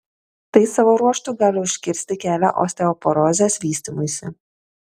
tai savo ruožtu gali užkirsti kelią osteoporozės vystymuisi